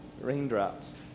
raindrops